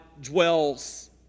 dwells